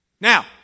Now